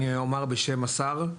אני אומר בשם השר,